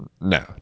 No